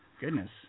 goodness